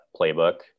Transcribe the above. playbook